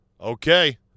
Okay